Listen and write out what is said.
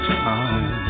time